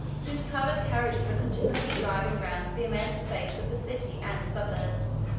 whose covered carriages are continually driving round the immense space of the city and suburbs.